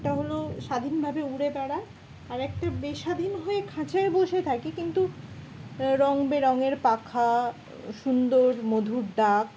একটা হল স্বাধীনভাবে উড়ে বেড়ায় আরেকটা বেস্বাধীন হয়ে খাঁচায় বসে থাকে কিন্তু রঙ বেরঙের পাখা সুন্দর মধুর ডাক